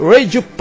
Radio